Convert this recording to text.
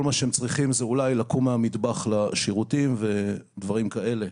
מה שהם צריכים זה אולי לקום מהמטבח לשירותים ודברים כאלה.